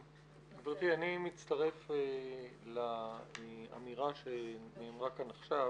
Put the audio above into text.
גברתי, אני מצטרף לאמירה שנאמרה כאן עכשיו.